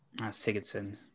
Sigurdsson